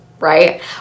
right